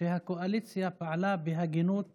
שהקואליציה פעלה בהגינות